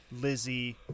Lizzie